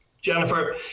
Jennifer